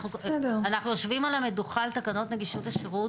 אני אשמח אם יו"ר הוועדה תוכל לקבל החלטה כאן.